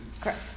Correct